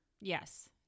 Yes